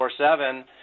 24-7